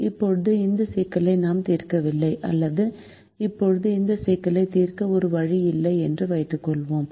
இப்போது இந்த சிக்கலை நாம் தீர்க்கவில்லை அல்லது இப்போது இந்த சிக்கலை தீர்க்க ஒரு வழி இல்லை என்று வைத்துக் கொள்வோம்